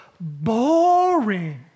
boring